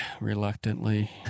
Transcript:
reluctantly